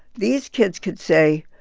these kids could say,